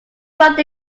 find